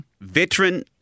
Veteran